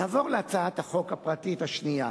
נעבור להצעת החוק הפרטית השנייה,